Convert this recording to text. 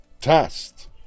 test